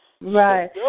Right